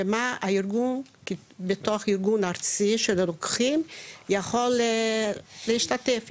במה הארגון הארצי של הרוקחים יכול להשתתף,